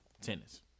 tennis